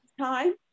time